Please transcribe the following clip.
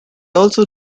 also